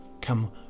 come